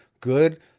good